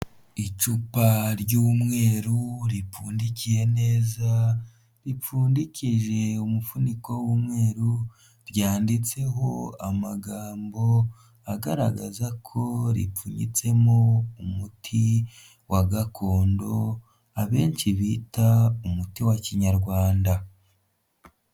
Icupa ry'umweru ripfundikiye neza ripfundikije umufuniko w'umweru, ryanditseho amagambo agaragaza ko ripfunyitsemo umuti wa gakondo abenshi bita umuti wa kinyarwanda.